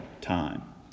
time